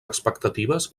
expectatives